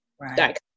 Right